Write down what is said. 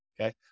Okay